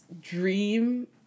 dream